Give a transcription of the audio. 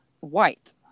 white